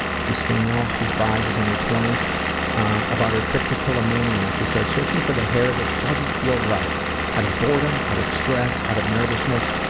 she's female, she's bi, she's in her twenty about her trichotillomania she says searching for the hair that doesn't feel right out of boredom, out of stress, out of nervousness,